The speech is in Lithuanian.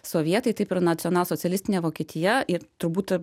sovietai taip ir nacionalsocialistinė vokietija ir turbūt